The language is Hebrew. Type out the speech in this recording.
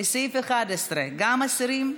לסעיף 11, גם מסירים?